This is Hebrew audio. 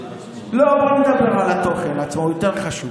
לא, הוא לא מדבר על התוכן עצמו, יותר חשוב.